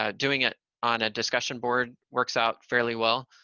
um doing it on a discussion board works out fairly well.